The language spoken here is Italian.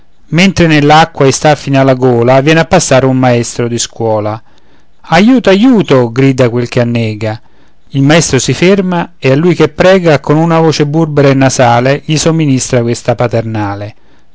mentre nell'acqua ei sta fino alla gola viene a passare un maestro di scuola aiuto aiuto grida quel che annega il maestro si ferma e a lui che prega con una voce burbera e nasale gli somministra questa paternale